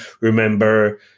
remember